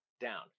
down